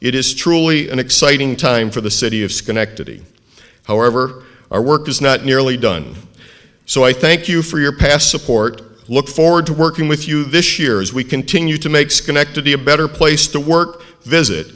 it is truly an exciting time for the city of schenectady however our work is not nearly done so i thank you for your past support look forward to working with you this year as we continue to make schenectady a better place to work visit